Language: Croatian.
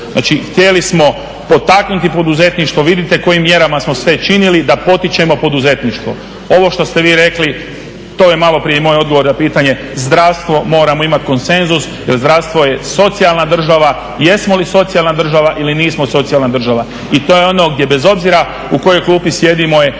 Znači htjeli smo potaknuti poduzetništvo, vidite kojim mjerama smo sve činili da potičemo poduzetništvo. Ovo što ste vi rekli to je malo prije i moj odgovor na pitanje, zdravstvo moramo imati konsenzus jer zdravstvo je socijalna država, jesmo li socijalna država ili nismo socijalna država. I to je ono gdje bez obzira u kojoj klupi sjedimo je,